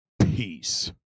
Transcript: peace